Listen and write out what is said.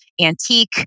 antique